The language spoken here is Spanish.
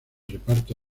reparto